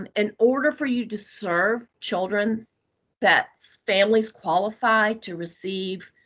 um in order for you to serve children that's families qualify to receive